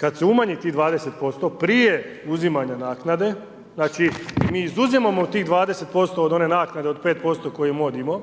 kad se umanji tih 20%, prije uzimanja naknade, znači mi izuzimamo tih 20% od one naknade od 5% koju je mod imao,